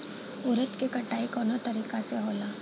उरद के कटाई कवना तरीका से होला?